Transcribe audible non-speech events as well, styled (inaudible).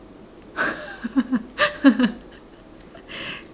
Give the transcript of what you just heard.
(laughs)